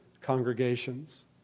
congregations